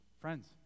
Friends